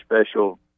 special